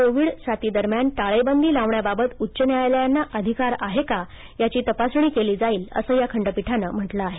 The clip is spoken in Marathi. कोविड साथी दरम्यान टाळेबंदी लावण्याबाबत उच्च न्यायालयांना अधिकार आहे का याची तपासणी केली जाईल असंही या खंडपीठानं म्हटलं आहे